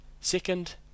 second